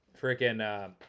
Freaking